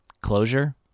closure